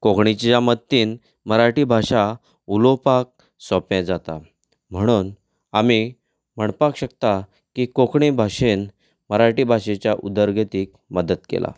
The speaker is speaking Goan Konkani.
कोंकणीच्या मदतीन मराठी भाशा उलोपाक सोंपें जाता म्हणून आमी म्हणपाक शकता की कोंकणी भाशेन मराठी भाशेच्या उदरगतीक मदत केला